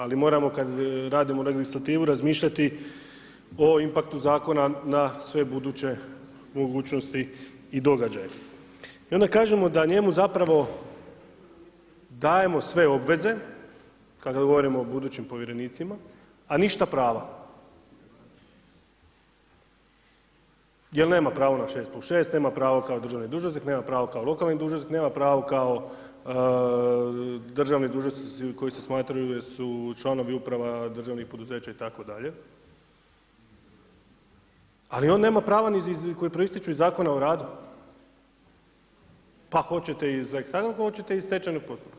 Ali moramo kada radimo legislativu razmišljati o impkatu zakona na sve buduće mogućnosti i događaje. i onda kažemo da njemu dajemo sve obveze, kada govorimo o budućim povjerenicima, a ništa prava, jel nema pravo na šest plus šest, nema pravo kao državni dužnosnik, nema pravo kao lokalni dužnosnik, nema pravo kao državni dužnosnici koji se smatraju da su članovi uprava državnih poduzeća itd., ali on nema prava ni koja proističu iz Zakona o radu, pa hoćete iz … hoćete iz stečajnog postupka.